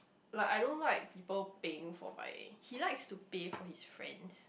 like I don't like people paying for my he likes to pay for his friends